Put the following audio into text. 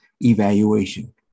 evaluation